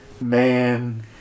man